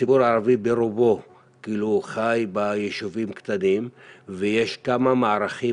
הציבור הערבי ברובו חי ביישובים קטנים ויש כמה מערכים